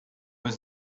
was